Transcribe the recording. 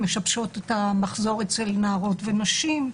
משבשות את המחזור אצל נערות ונשים.